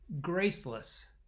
Graceless